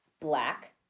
black